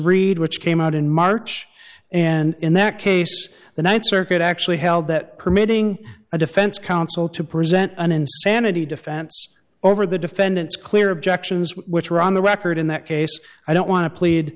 reed which came out in march and in that case the th circuit actually held that permitting a defense counsel to present an insanity defense over the defendant's clear objections which were on the record in that case i don't want to plead